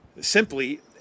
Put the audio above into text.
simply